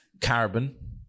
Carbon